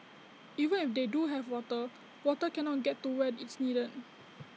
even if they do have water water cannot get to where it's needed